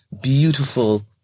Beautiful